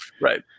right